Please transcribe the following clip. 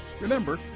Remember